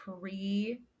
pre